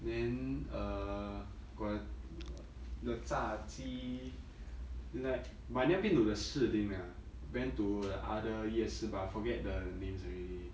then uh got the the 炸鸡 it's like but I've never been to the 士林 ah went to the other 夜市 but I forget the names already